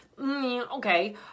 okay